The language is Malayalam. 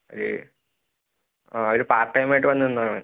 ഒരു അവര് പാർട്ട് ടൈം ആയിട്ടു വന്നുനിന്നതാണ്